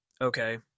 Okay